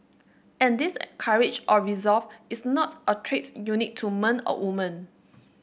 and this courage or resolve is not a trait unique to men or women